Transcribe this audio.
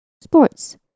Sports